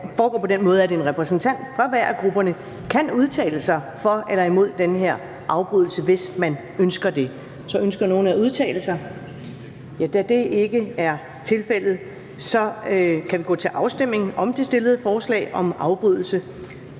foregår på den måde, at en repræsentant fra hver af grupperne kan udtale sig for eller imod den her afbrydelse, hvis man ønsker det. Så ønsker nogen at udtale sig? Da det ikke er tilfældet, kan vi gå til afstemning om det stillede forslag om afbrydelse,